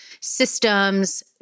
systems